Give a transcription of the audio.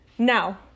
Now